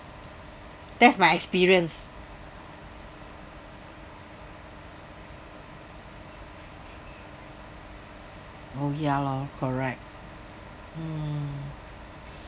that's my experience oh ya lor correct hmm